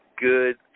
good